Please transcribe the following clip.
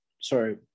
sorry